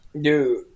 Dude